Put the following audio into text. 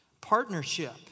partnership